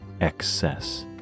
excess